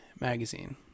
magazine